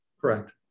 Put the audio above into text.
correct